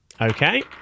Okay